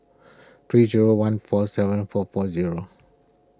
three zero one four seven four four zero